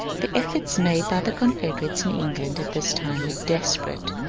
the efforts made by the confederates in england at this time were desperate.